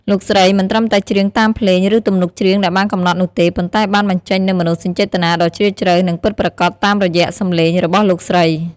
លោកស្រីមិនត្រឹមតែច្រៀងតាមភ្លេង ឬទំនុកច្រៀងដែលបានកំណត់នោះទេ ប៉ុន្តែបានបញ្ចេញនូវ មនោសញ្ចេតនា ដ៏ជ្រាលជ្រៅ និងពិតប្រាកដតាមរយៈសំឡេងរបស់លោកស្រី។